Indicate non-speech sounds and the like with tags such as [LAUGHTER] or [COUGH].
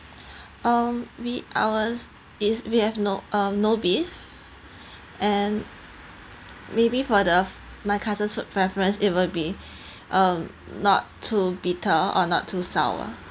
um we ours is we have no uh no beef [BREATH] and maybe for the my cousin food preference it will be [BREATH] uh not too bitter or not too sour